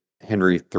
Henry